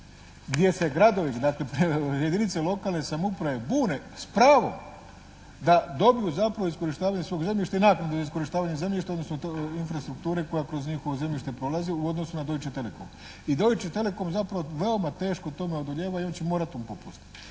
gdje se gradovi, dakle jedinice lokalne samouprave bune s pravom da … /Govornik se ne razumije./ … zapravo iskorištavaju svog zemljište i naknadu iskorištavanja zemljište odnosno te infrastrukture koja kroz njihovo zemljište prolazi u odnosu na Deutsche Telekom. I Deutsche Telekom zapravo veoma teško tome odolijeva i on će morati tome popustiti.